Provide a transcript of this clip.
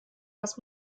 das